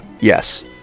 Yes